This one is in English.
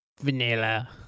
Vanilla